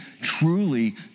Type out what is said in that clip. truly